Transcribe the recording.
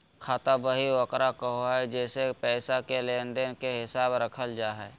खाता बही ओकरा कहो हइ जेसे पैसा के लेन देन के हिसाब रखल जा हइ